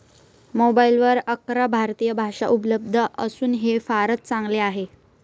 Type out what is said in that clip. मोबाईलवर अकरा भारतीय भाषा उपलब्ध असून हे फारच चांगल आहे